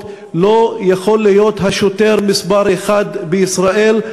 לא יכול להיות השוטר מספר אחת בישראל.